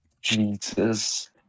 Jesus